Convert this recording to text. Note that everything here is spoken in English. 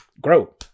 grow